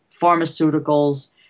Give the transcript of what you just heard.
pharmaceuticals